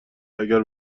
اگر